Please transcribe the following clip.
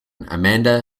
amanda